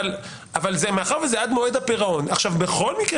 אבל מאחר וזה עד מועד הפירעון --- הרי בכל מקרה